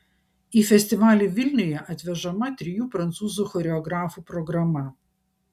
į festivalį vilniuje atvežama trijų prancūzų choreografų programa